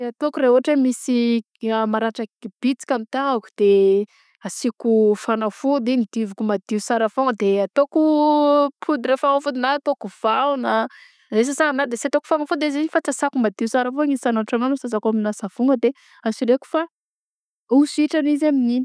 Ny ataoko rehefa ôhatra misy maratra kel- bitsika amy tagnako de asiako fanafody igny dioviko madio tsara foagna de ataoko podra fagnafody gna ataoko vahoana de sasana na de sy ataoko fagnafody azy igny fa sasako madio sara foagna isanandrosanandro sasako amigna savogna de asireko fa ho sitragna izy amin'igny.